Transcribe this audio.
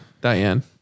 Diane